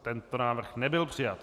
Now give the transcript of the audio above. Tento návrh nebyl přijat.